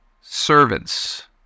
servants